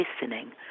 listening